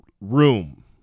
Room